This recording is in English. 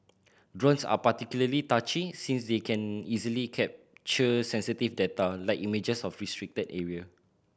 drones are particularly touchy since they can easily capture sensitive data like images of restricted area